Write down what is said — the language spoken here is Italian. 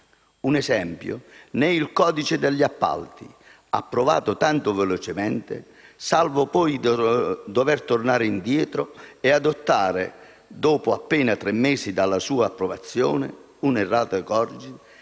Un esempio ne è il nuovo codice degli appalti, approvato tanto velocemente salvo poi dover tornare indietro e adottare dopo appena tre mesi dalla sua approvazione un errata *corrige*